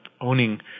owning